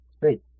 great